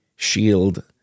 Shield